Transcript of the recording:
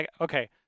okay